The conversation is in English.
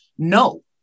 No